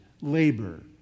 labor